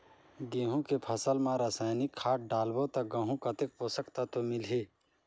गंहू के फसल मा रसायनिक खाद डालबो ता गंहू कतेक पोषक तत्व मिलही?